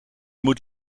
moet